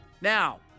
Now